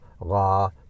law